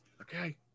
Okay